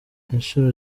inshuro